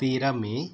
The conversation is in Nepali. तेह्र मई